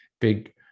big